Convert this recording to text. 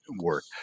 work